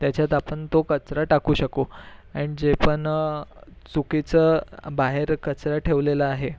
त्याच्यात आपण तो कचरा टाकू शकू अँड जेपण चुकीचं बाहेर कचरा ठेवलेला आहे